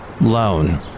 loan